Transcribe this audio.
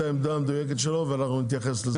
העמדה המדויקת שלו ואנחנו נתייחס אליה.